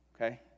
okay